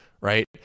right